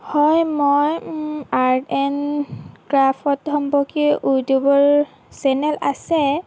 হয় মই art and craft সম্পৰ্কীয় ইউটিউবৰ চেনেল আছে